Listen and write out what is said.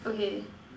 okay